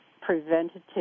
preventative